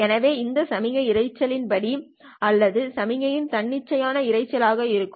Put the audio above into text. எனவே இது சமிக்ஞை இரைச்சல்யின் அடி அல்லது சமிக்ஞையின் தன்னிச்சையான இரைச்சல் ஆக இருக்கும்